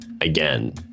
again